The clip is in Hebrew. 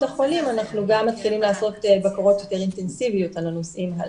החולים אנחנו גם מתחילים לעשות בקרות יותר אינטנסיביות על הנושאים הללו.